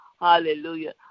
Hallelujah